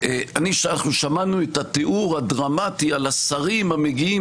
שמענו את התיאור הדרמטי על השרים המגיעים